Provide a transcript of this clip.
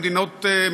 ממדינות,